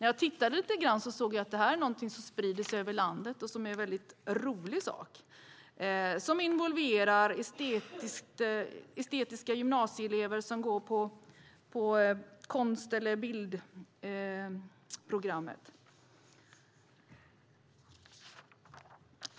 Jag såg att detta är något som sprider sig över landet och som är en rolig sak. Den involverar gymnasieelever som går på konst eller bildprogrammet.